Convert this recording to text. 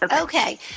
Okay